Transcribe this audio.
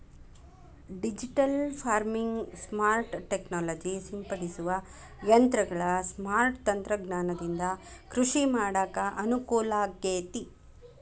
digital farming, smart technology ಸಿಂಪಡಿಸುವ ಯಂತ್ರಗಳ smart ತಂತ್ರಜ್ಞಾನದಿಂದ ಕೃಷಿ ಮಾಡಾಕ ಅನುಕೂಲಾಗೇತಿ